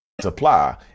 Supply